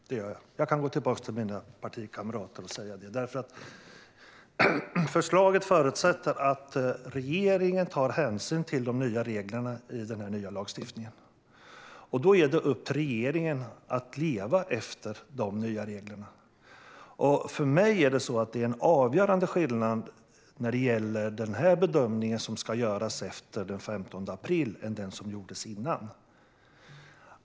Herr talman! Ja, jag känner att jag kan gå till mina partikamrater och säga det. Förslaget förutsätter att regeringen tar hänsyn till de nya reglerna i lagstiftningen. Då är det upp till regeringen att efterleva dessa nya regler. För mig är det en avgörande skillnad mellan den bedömning som ska göras efter den 15 april och den som har gjorts innan.